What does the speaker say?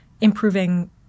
improving